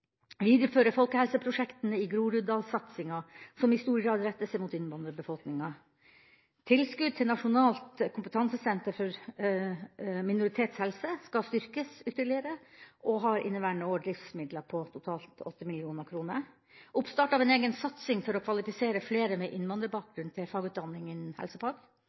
videreføre folkehelseprosjektene i Groruddalssatsinga, som i stor grad retter seg mot innvandrerbefolkninga at tilskudd til NAKMI, Nasjonal kompetanseenhet for minoritetshelse skal styrkes ytterligere, og inneværende år har de driftsmidler på totalt 8 mill. kr starte opp en egen satsing for å kvalifisere flere med innvandrerbakgrunn til fagutdanning innen helsefag